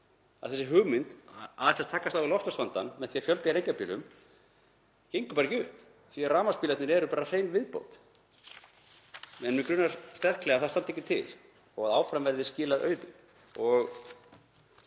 að þessi hugmynd, að ætla að takast á við loftslagsvandann með því að fjölga hér einkabílum, gengur bara ekki upp því að rafmagnsbílarnir eru bara hrein viðbót. En mig grunar sterklega að það standi ekki til og að áfram verði skilað auðu og